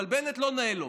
אבל בנט, לא נאה לו.